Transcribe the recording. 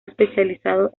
especializado